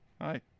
Hi